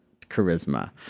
charisma